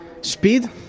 speed